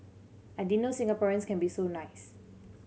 I didn't know Singaporeans can be so nice